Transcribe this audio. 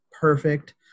perfect